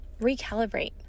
recalibrate